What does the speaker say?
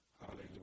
Hallelujah